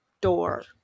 door